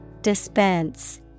Dispense